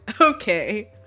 Okay